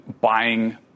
buying